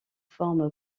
forme